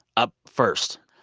up first.